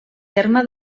terme